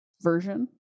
version